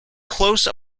close